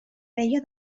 feia